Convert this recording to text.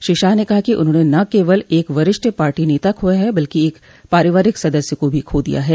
श्री शाह ने कहा कि उन्होंने न केवल एक वरिष्ठ पार्टी नेता खोया है बल्कि एक पारिवारिक सदस्य को भी खो दिया है